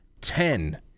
ten